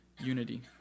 unity